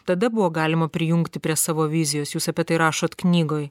tada buvo galima prijungti prie savo vizijos jūs apie tai rašot knygoj